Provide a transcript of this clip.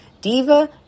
Diva